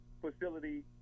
facility